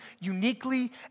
uniquely